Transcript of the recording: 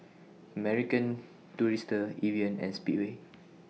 American Tourister Evian and Speedway